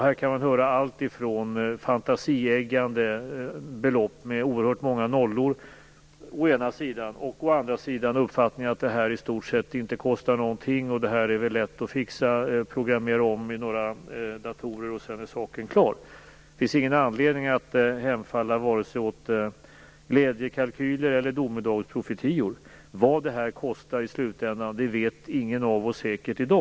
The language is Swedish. Man kan få höra allt ifrån å ena sidan fantasieggande belopp med oerhört många nollor till å andra sidan en uppfattning att det här i stort sett inte kostar någonting - det är lätt att programmera om några datorer, och sedan är saken klar. Det finns ingen anledning att hemfalla åt vare sig glädjekalkyler eller domedagsprofetior. Vad det här kostar i slutändan vet ingen av oss säkert i dag.